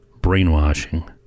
brainwashing